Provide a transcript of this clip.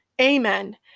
Amen